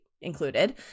included